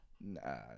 Nah